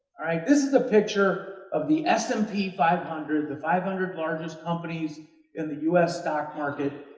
right? this is the picture of the s and p five hundred the five hundred largest companies in the us stock market.